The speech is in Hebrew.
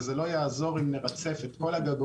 וזה לא יעזור אם נרצף את כל הגגות,